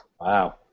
Wow